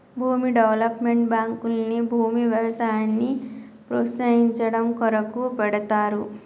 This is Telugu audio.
భూమి డెవలప్మెంట్ బాంకుల్ని భూమి వ్యవసాయాన్ని ప్రోస్తయించడం కొరకు పెడ్తారు